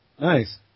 Nice